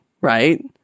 right